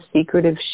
secretive